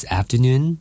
afternoon？